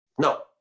No